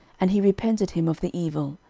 and he repented him of the evil,